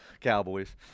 Cowboys